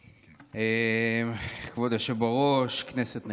כבוד היושב-ראש, כנסת נכבדה,